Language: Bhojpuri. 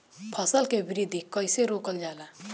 फसल के वृद्धि कइसे रोकल जाला?